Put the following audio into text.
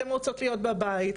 אתן רוצות להיות בבית,